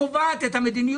אנחנו נבחן את המצב